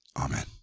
Amen